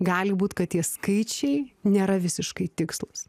gali būt kad tie skaičiai nėra visiškai tikslūs